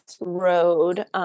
road